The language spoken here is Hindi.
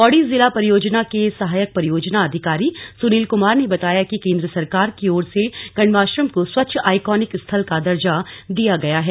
पौड़ी जिला परियोजना के सहायक परियोजना अधिकारी सुनील कमार ने बताया कि केंद्र सरकार की ओर से कण्वाश्रम को स्वच्छ आइकोनिक स्थल का दर्जा दिया गया है